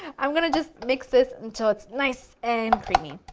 i'm going to just mix this until it's nice and creamy.